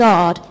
God